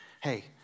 Hey